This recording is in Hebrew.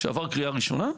שעבר קריאה ראשונה.